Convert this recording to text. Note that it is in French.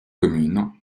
commune